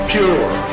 pure